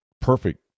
perfect